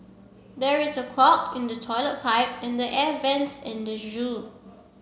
there is a clog in the toilet pipe and the air vents at the zoo